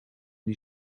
die